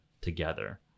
together